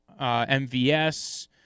MVS